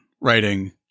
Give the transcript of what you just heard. writing